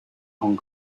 hong